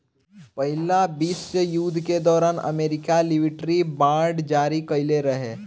पहिला विश्व युद्ध के दौरान अमेरिका लिबर्टी बांड जारी कईले रहे